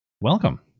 Welcome